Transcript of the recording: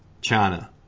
China